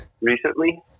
recently